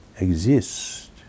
exist